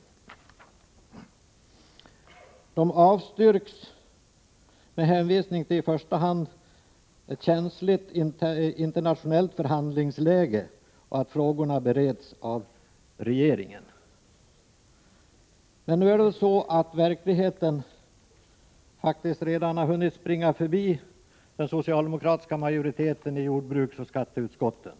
Utskottet avstyrker motionerna med hänvisning till i första hand ett känsligt internationellt förhandlingsläge samt till att frågorna bereds av regeringen. Men verkligheten har faktiskt redan hunnit springa ifrån den socialdemokratiska majoriteten i jordbruksoch skatteutskotten.